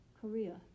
Korea